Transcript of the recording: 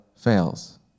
Fails